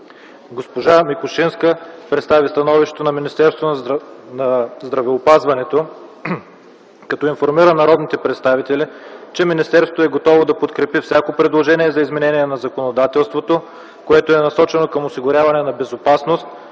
Госпожа Микошинска представи становището на Министерство на здравеопазването като информира народните представители, че министерството е готово да подкрепи всяко предложение за изменение на законодателството, което е насочено към осигуряване на безопасност